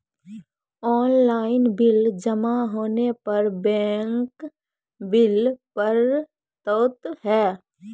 Online bill जमा होने पर बैंक बिल पड़तैत हैं?